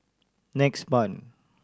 next month